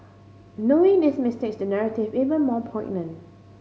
knowing this mistakes the narrative even more poignant